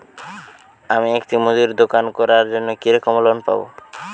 আমি একটি মুদির দোকান করার জন্য কি রকম লোন পাব?